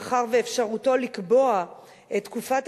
מאחר שאפשרותו לקבוע עם העוסק את תקופת